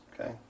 okay